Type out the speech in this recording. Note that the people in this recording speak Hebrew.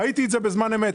ראיתי את זה בזמן אמת.